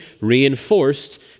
reinforced